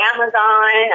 Amazon